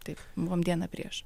taip buvome dieną prieš